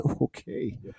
Okay